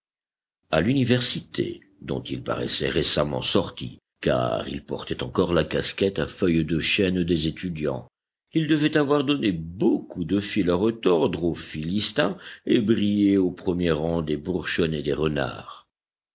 à l'université dont il paraissait récemment sorti car il portait encore la casquette à feuilles de chêne des étudiants il devait avoir donné beaucoup de fil à retordre aux philistins et brillé au premier rang des burschen et des renards